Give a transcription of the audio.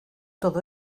todo